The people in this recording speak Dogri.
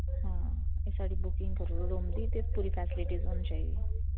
ते साढ़ी बुकिंग करी ओड़ेओ ते पूरी फेस्लिटी होनी चाहिदी